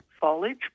foliage